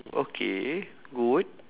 okay good